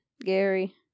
Gary